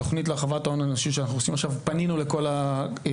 בתוכנית להרחבת ההון האנושי שאנחנו עושים עכשיו פנינו לכל הגמלאים.